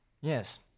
Yes